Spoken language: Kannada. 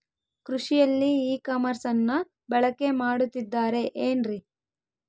ಕೃಷಿಯಲ್ಲಿ ಇ ಕಾಮರ್ಸನ್ನ ಬಳಕೆ ಮಾಡುತ್ತಿದ್ದಾರೆ ಏನ್ರಿ?